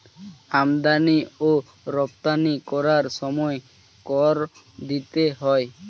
আমদানি ও রপ্তানি করার সময় কর দিতে হয়